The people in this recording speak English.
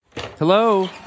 Hello